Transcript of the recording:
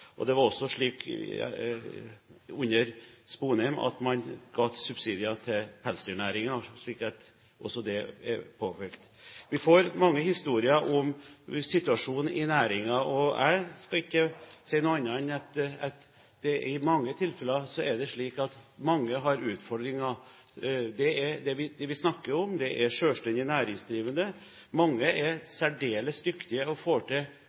understreket. Det var også slik under Sponheim at man ga subsidier til pelsdyrnæringen – slik at det også er påpekt. Vi får mange historier om situasjonen i næringen, og jeg skal ikke si noe annet enn at i mange tilfeller er det mange som har utfordringer. De vi snakker om, er selvstendig næringsdrivende. Mange er særdeles dyktige og får gode resultater med begrensede ressurser, men det er